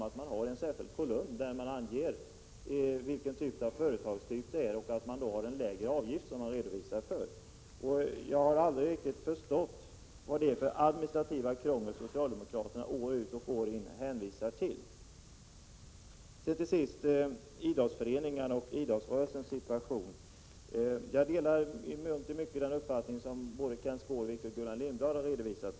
Det finns en särskild kolumn, där man anger vilken företagstyp det handlar om, och man har där en lägre avgift som man redovisar för. Jag har aldrig riktigt förstått vilket administrativt krångel det skulle vara som socialdemokraterna hänvisar till år ut och år in. Till sist beträffande idrottsföreningarna och idrottsrörelsens situation. Jag delar i mångt och mycket den uppfattning som både Kenth Skårvik och Gullan Lindblad har redovisat.